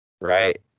Right